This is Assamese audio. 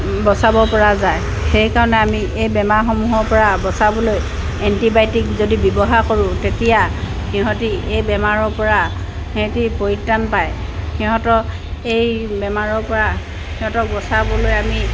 বচাব পৰা যায় সেইকাৰণে আমি এই বেমাৰমূহৰ পৰা বচাবলৈ এণ্টিবায়'টিক যদি ব্যৱহাৰ কৰোঁ তেতিয়া সিহঁতি এই বেমাৰৰ পৰা সিহঁতি পৰিত্ৰাণ পায় সিহঁতক এই বেমাৰৰ পৰা সিহঁতক বচাবলৈ আমি